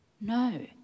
No